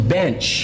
bench